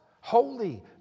holy